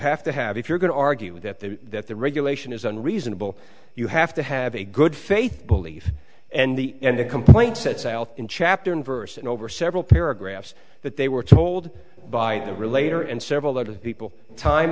have to have if you're going to argue that the that the regulation isn't reasonable you have to have a good faith belief and the and the complaint sets out in chapter and verse in over several paragraphs that they were told by the relator and several other people time